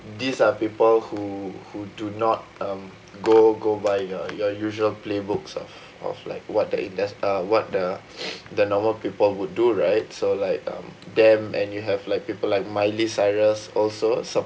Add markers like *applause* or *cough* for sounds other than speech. these are people who who do not um go go by your your usual playbook of of like what the indus~ uh what the *noise* the normal people would do right so like um them and you have like people like miley cyrus also